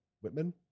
Whitman